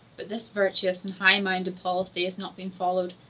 but this virtuous and high-minded policy has not been followed.